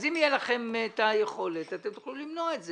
אם תהיה לכם את היכולת, אתם תוכלו למנוע את זה.